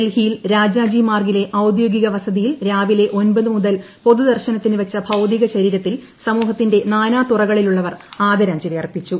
ഡൽഹിയിൽ രാജാജി മാർഗിലെ ഔദ്യോഗിക വസതിയിൽ രാവിലെ ഒൻപത് മുതൽ പൊതുദർശനത്തിന് വച്ച ഭൌതികശരീരത്തിൽ സമൂഹത്തിന്റെ നാനാ തുറകളിലുള്ളവർ ആദ രാഞ്ജലി അർപ്പിച്ചു